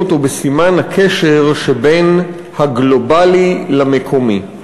אותו בסימן הקשר שבין הגלובלי למקומי.